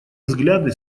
взгляды